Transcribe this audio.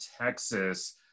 Texas